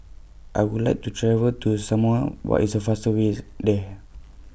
I Would like to travel to Samoa What IS The fastest Way IS There